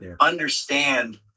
Understand